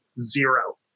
zero